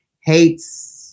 hates